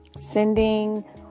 Sending